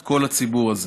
את כל הציבור הזה.